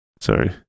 sorry